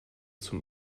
zum